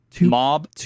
mob